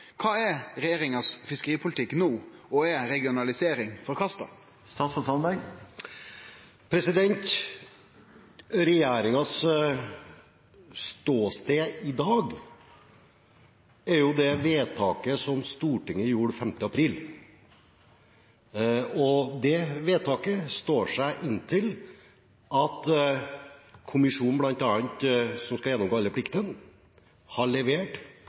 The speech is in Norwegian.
Hva er regjeringens fiskeripolitikk nå, og er regionalisering forkastet?» Regjeringens ståsted i dag er jo det vedtaket som Stortinget gjorde 5. april. Det vedtaket står seg inntil kommisjonen som bl.a. skal gjennomgå alle pliktene, har levert